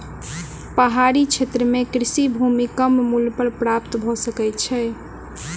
पहाड़ी क्षेत्र में कृषि भूमि कम मूल्य पर प्राप्त भ सकै छै